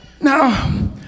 Now